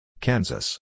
Kansas